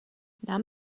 nám